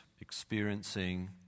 experiencing